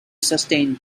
sustained